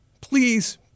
please